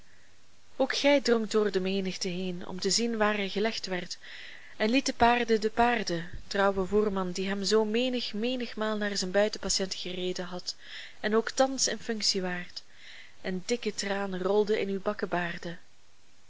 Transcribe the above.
ook gij drongt door de menigte heen om te zien waar hij gelegd werd en liet de paarden de paarden trouwe voerman die hem zoo menig menigmaal naar zijn buiten patiënten gereden hadt en ook thans in functie waart en dikke tranen rolden in uw